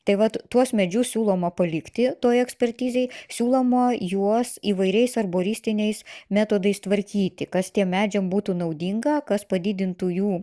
tai vat tuos medžius siūloma palikti toj ekspertizėj siūloma juos įvairiais arboristiniais metodais tvarkyti kas tiem medžiam būtų naudinga kas padidintų jų